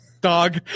dog